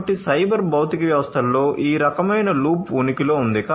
కాబట్టి సైబర్ భౌతిక వ్యవస్థలలో ఈ రకమైన లూప్ ఉనికిలో ఉంది